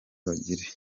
bagire